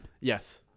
Yes